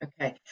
Okay